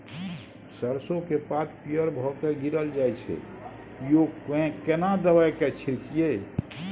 सरसो के पात पीयर भ के गीरल जाय छै यो केना दवाई के छिड़कीयई?